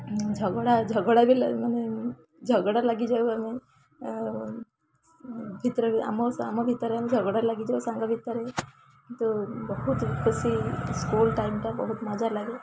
ଝଗଡ଼ା ଝଗଡ଼ା ବି ଲା ମାନେ ଝଗଡ଼ା ଲାଗିଯାଉ ଆମେ ଆଉ ଭିତରେ ବି ଆମ ସା ଆମ ଭିତରେ ଆମେ ଝଗଡ଼ା ଲାଗିଯାଉ ସାଙ୍ଗ ଭିତରେ କିନ୍ତୁ ବହୁତ ଖୁସି ସ୍କୁଲ ଟାଇମଟା ବହୁତ ମଜା ଲାଗେ